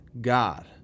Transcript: god